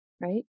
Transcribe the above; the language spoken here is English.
right